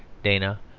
dana,